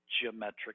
geometric